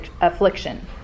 affliction